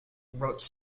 wrote